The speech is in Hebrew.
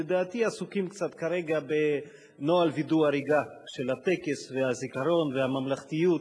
לדעתי עסוקים קצת כרגע בנוהל וידוא הריגה של הטקס והזיכרון והממלכתיות.